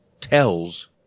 tells